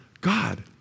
God